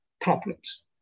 problems